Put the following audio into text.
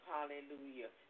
Hallelujah